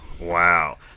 wow